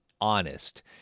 honest